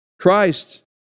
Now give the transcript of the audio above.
Christ